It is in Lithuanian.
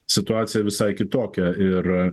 situacija visai kitokia ir